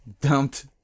dumped